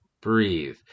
breathe